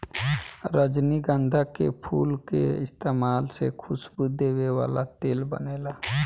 रजनीगंधा के फूल के इस्तमाल से खुशबू देवे वाला तेल बनेला